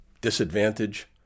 disadvantage